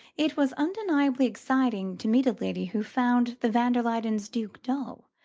it was undeniably exciting to meet a lady who found the van der luydens' duke dull,